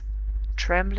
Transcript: trembling,